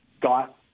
got –